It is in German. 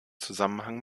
zusammenhang